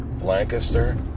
Lancaster